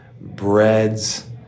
breads